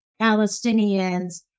Palestinians